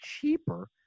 cheaper